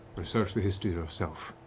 research the history yourself,